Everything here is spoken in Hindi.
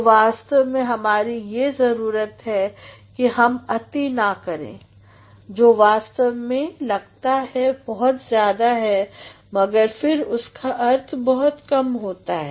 तो वास्तव में हमारी ये जरुरत है कि हम अति न करें जो वास्तव में लगता बहुत ज्यादा है मगर फिर उसका अर्थ बहुत कम होता है